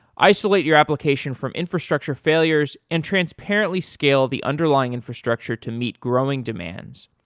isolate your application from infrastructure failures and transparently scale the underlying infrastructure to meet growing demands,